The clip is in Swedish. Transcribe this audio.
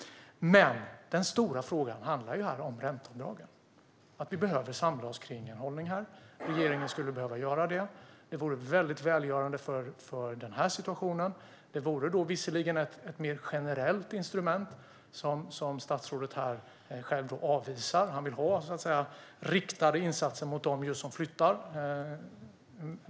Men den stora frågan här handlar om ränteavdragen. Vi behöver samla oss kring en hållning. Regeringen skulle behöva göra det. Det vore välgörande för den här situationen. Det skulle visserligen vara ett mer generellt instrument, vilket statsrådet själv avvisar. Han vill ha riktade insatser mot just dem som flyttar.